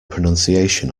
pronunciation